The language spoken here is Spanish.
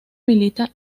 milita